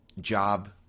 job